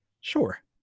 Sure